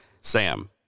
Sam